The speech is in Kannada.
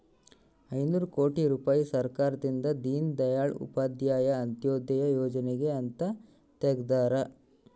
ಐನೂರ ಕೋಟಿ ರುಪಾಯಿ ಸರ್ಕಾರದಿಂದ ದೀನ್ ದಯಾಳ್ ಉಪಾಧ್ಯಾಯ ಅಂತ್ಯೋದಯ ಯೋಜನೆಗೆ ಅಂತ ತೆಗ್ದಾರ